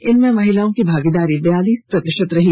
इनमें महिलाओं की भागीदारी बैयालीस प्रतिशत रही